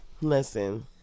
listen